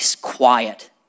quiet